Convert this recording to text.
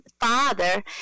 father